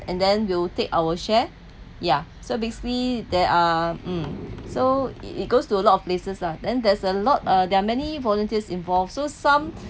and then we'll take our share ya so basically there are mm so it goes to a lot of places lah then there's a lot uh there are many volunteers involved so some